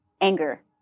anger